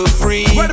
free